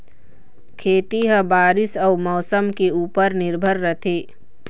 खेती ह बारीस अऊ मौसम के ऊपर निर्भर रथे